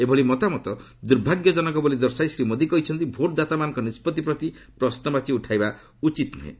ଏଭଳି ମତାମତ ଦୁର୍ଭାଗ୍ୟଜନକ ବୋଲି ଦର୍ଶାଇ ଶ୍ରୀ ମୋଦୀ କହିଚନ୍ତି ଭୋଟ୍ ଦାତାମାନଙ୍କ ନିଷ୍ପଭି ପ୍ରତି ପ୍ରଶ୍ରବାଚୀ ଉଠାଇବା ଉଚିତ୍ ନ୍ରହେଁ